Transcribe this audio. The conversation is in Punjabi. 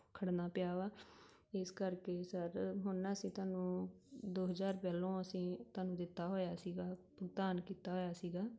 ਖੜ੍ਹਨਾ ਪਿਆ ਵਾ ਇਸ ਕਰਕੇ ਸਰ ਹੁਣ ਨਾ ਅਸੀਂ ਤੁਹਾਨੂੰ ਦੋ ਹਜ਼ਾਰ ਪਹਿਲਾਂ ਅਸੀਂ ਤੁਹਾਨੂੰ ਦਿੱਤਾ ਹੋਇਆ ਸੀਗਾ ਭੁਗਤਾਨ ਕੀਤਾ ਹੋਇਆ ਸੀਗਾ